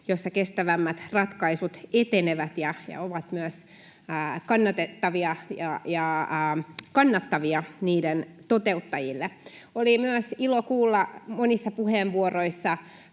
jossa kestävämmät ratkaisut etenevät ja ovat myös kannattavia niiden toteuttajille. Oli myös ilo kuulla monissa puheenvuoroissa